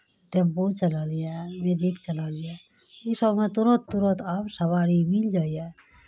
tempo चलल यए magic चलल यए इसभमे तुरत तुरत आब सवारी मिल जाइए